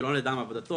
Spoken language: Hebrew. ולא נעדר מעבודתו,